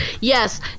Yes